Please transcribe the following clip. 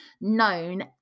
known